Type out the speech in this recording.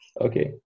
Okay